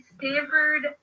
Stanford